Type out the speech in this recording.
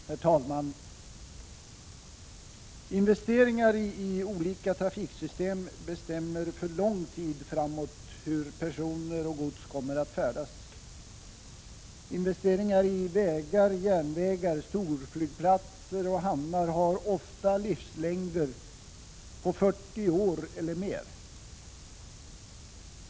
Herr talman! Investeringar i olika trafiksystem bestämmer för lång tid framåt hur personer och gods kommer att färdas. Investeringar i vägar, järnvägar, storflygplatser och hamnar har ofta livslängder på 40 år eller mer.